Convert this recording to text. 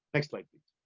next slide.